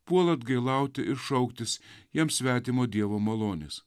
puola atgailauti ir šauktis jam svetimo dievo malonės